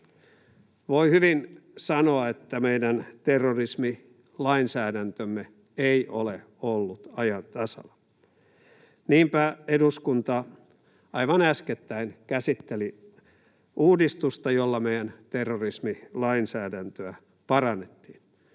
Voi hyvin sanoa, että meidän terrorismilainsäädäntömme ei ole ollut ajan tasalla. Niinpä eduskunta aivan äskettäin käsitteli uudistusta, jolla meidän terrorismilainsäädäntöämme parannettiin.